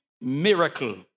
miracle